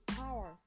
power